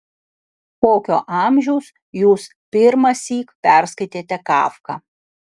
kokio amžiaus jūs pirmąsyk perskaitėte kafką